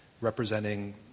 representing